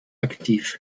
aktiv